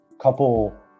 couple